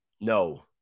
no